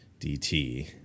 DT